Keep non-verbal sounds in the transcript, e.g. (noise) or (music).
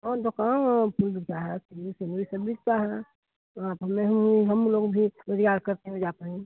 कौन सा कहाँ (unintelligible) सिमरी सिमरी सिमरी क्या है आप हमें हमीं हमलोग भी (unintelligible) करते हुए जाते हैं